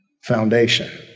foundation